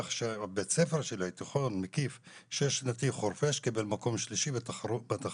עד כדי כך שבית הספר שלי המקיף השש שנתי חורפיש קיבל מקום שלישי בתחרות